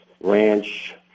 ranch